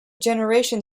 generation